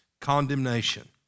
condemnation